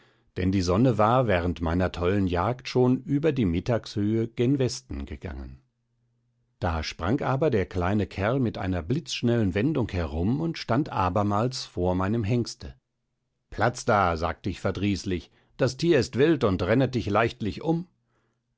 denn die sonne war während meiner tollen jagd schon über die mittagshöhe gen westen gegangen da sprang aber der kleine kerl mit einer blitzschnellen wendung herum und stand abermals vor meinem hengste platz da sagt ich verdrießlich das tier ist wild und rennet dich leichtlich um